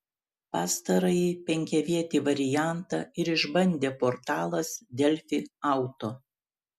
pastarąjį penkiavietį variantą ir išbandė portalas delfi auto